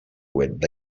would